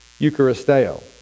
Eucharisteo